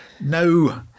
No